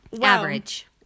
Average